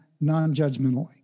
non-judgmentally